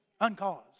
Uncaused